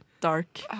dark